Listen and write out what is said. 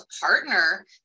partner